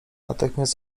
natychmiast